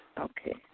Okay